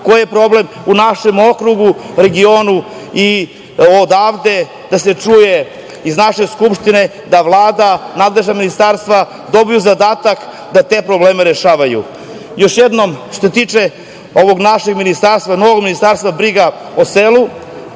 koji je problem u našem okrugu, regionu, i odavde da se čuje da Vlada, nadležna ministarstva dobiju zadatak da te probleme rešavaju. Još jednom, što se tiče ovog našeg ministarstva, novog ministarstva, briga o selu,